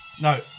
No